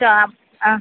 ആ